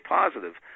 positive